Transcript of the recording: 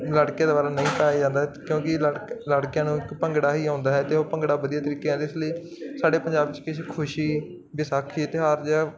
ਲੜਕੇ ਦੁਆਰਾ ਨਹੀਂ ਪਾਇਆ ਜਾਂਦਾ ਕਿਉਂਕਿ ਲੜ ਲੜਕਿਆਂ ਨੂੰ ਇਕ ਭੰਗੜਾ ਹੀ ਆਉਂਦਾ ਹੈ ਤੇ ਉਹ ਭੰਗੜਾ ਵਧੀਆ ਤਰੀਕੇ ਦੇ ਇਸ ਲਈ ਸਾਡੇ ਪੰਜਾਬ 'ਚ ਕਿਸੇ ਖੁਸ਼ੀ ਵਿਸਾਖੀ ਤਿਹਾਰ ਜਾਂ